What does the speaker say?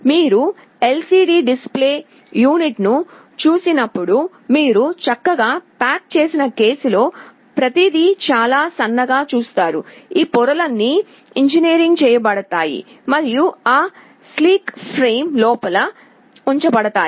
మీరు LCD display యూనిట్ను చూసినప్పుడు మీరు చక్కగా ప్యాక్ చేసిన కేసులో ప్రతిదీ చాలా సన్నగా చూస్తారు ఈ పొరలన్నీ ఇంజనీరింగ్ చేయబడతాయి మరియు ఆ స్లీక్ ఫ్రేమ్ లోపల ఉంచబడతాయి